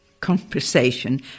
conversation